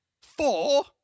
Four